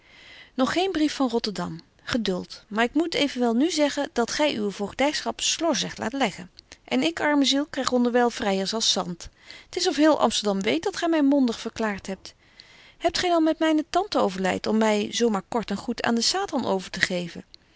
nog geen brief van rotterdam geduld maar ik moet evenwel nu zeggen dat gy uwe voogdyschap slorzig laat leggen en ik arme ziel kryg onderwyl vryers als zand t is of heel amsterdam weet dat gy my mondig verklaart hebt hebt gy dan met myne tante overleit om my zo maar kort en goed aan den satan overtegeven niet